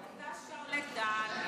אתה שרלטן.